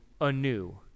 anew